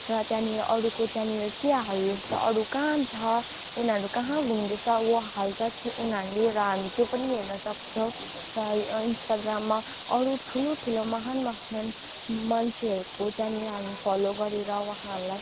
र त्यहाँनिर अरूको त्यहाँनिर के हाल्दैछ अरू कहाँ छ उनीहरू कहाँ घुम्दैछ वा हालचाल उनीहरूले र हामी त्यो पनि हेर्नसक्छौँ र इन्स्टाग्राममा अरू ठुलो ठुलो महान महान मान्छेहरूको त्यहाँनिर हामी फलो गरेर उहाँहरूलाई